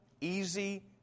easy